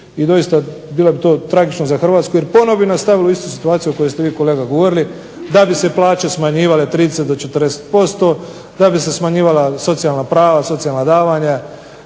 i doista bilo bi to tragično za Hrvatsku jer ponovo bi nas stavilo u istu situaciju o kojoj ste vi kolega govorili, da bi se plaće smanjivale 30 do 40%, da bi se smanjivala socijalna prava, socijalna davanja,